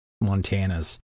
Montana's